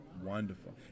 Wonderful